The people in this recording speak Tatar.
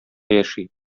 яши